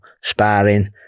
sparring